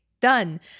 Done